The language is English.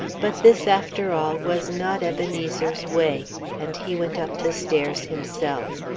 but this, after all, was not ebenezer's way and he went up the stairs himself.